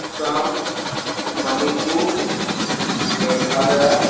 Assam Manipur Meghalaya